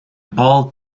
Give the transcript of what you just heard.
bull